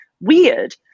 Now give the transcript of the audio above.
weird